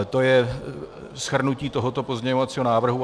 To je shrnutí tohoto pozměňovacího návrhu.